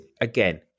again